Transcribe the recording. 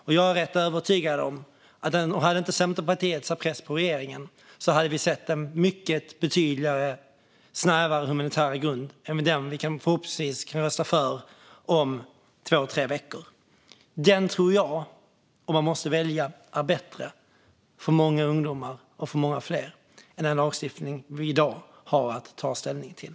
Om Centerpartiet inte hade satt press på regeringen är jag rätt övertygad om att vi hade fått se en betydligt snävare humanitär grund än den vi förhoppningsvis kan rösta för om två tre veckor. Om man måste välja tror jag att den är bättre för många ungdomar och för många fler än den lagstiftning vi i dag har att ta ställning till.